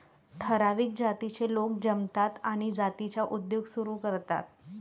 ठराविक जातीचे लोक जमतात आणि जातीचा उद्योग सुरू करतात